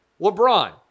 LeBron